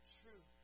true